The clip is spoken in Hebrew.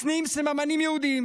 מצניעים סממנים יהודיים